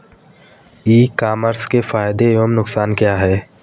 ई commerce के फायदे एवं नुकसान क्या हैं?